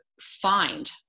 find